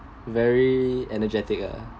very energetic ah